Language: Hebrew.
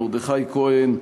מרדכי כהן,